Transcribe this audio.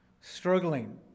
struggling